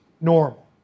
normal